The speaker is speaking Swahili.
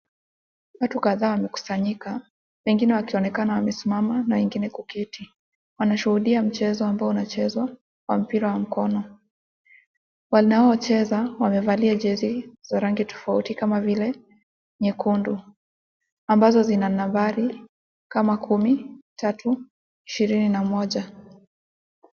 Watu kadhaa wamekusanyika. Pengine wakionekana wamesimama na wengine kuketi. Wanashuhudia mchezo ambao unachezwa wa mpira wa mkono. Wanaocheza wamevalia jezi za rangi tofauti kama vile nyekundu ambazo zina nambari kama kumi, tatu, ishirini na moja.